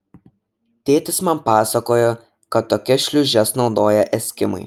tėtis man pasakojo kad tokias šliūžes naudoja eskimai